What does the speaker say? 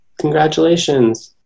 congratulations